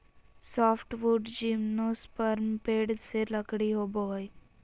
softwood gymnosperm पेड़ से लकड़ी होबो हइ